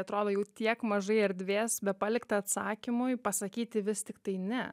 atrodo jau tiek mažai erdvės bepalikta atsakymui pasakyti vis tiktai ne